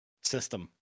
system